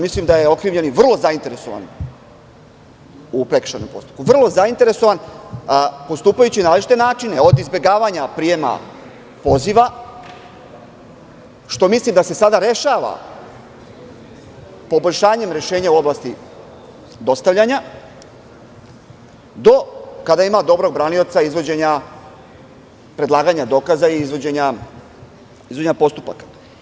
Mislim da je okrivljeni vrlo zainteresovan u prekršajnom postupku, postupajući na različite načine, od izbegavanja prijema poziva, što mislim da se sada rešava poboljšanjem rešenja u oblasti dostavljanja, do kada ima dobrog branioca, predlaganja dokaza i izvođenja postupaka.